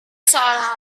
seolah